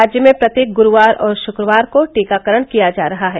राज्य में प्रत्येक ग्रूवार और शुक्रवार को कोविड टीकाकरण किया जा रहा है